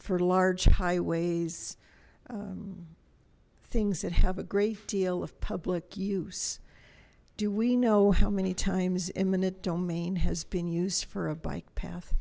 for large highways things that have a great deal of public use do we know how many times eminent domain has been used for a bike path